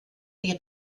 die